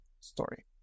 story